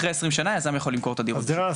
אחרי 20 שנה יזם יכול למכור את הדירה.